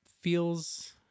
feels